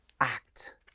act